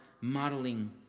modeling